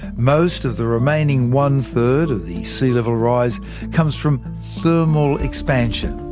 most of the remaining one third of the sea level rise comes from thermal expansion.